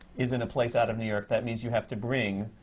is in a place out of new york. that means you have to bring